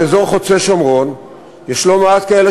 באזור חוצה-שומרון יש לא מעט כאלה